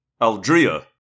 Aldria